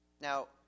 Now